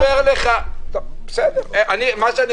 אם אין בדיקות.